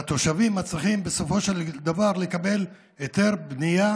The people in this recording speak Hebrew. והתושבים מצליחים בסופו של דבר לקבל היתר בנייה